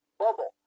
bubble